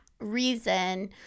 reason